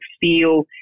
feel